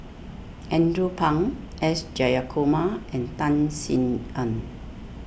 Andrew Phang S Jayakumar and Tan Sin Aun